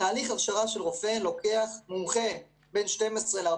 תהליך הכשרה של רופא מומחה הוא 12 14